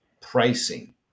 pricing